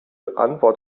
antwort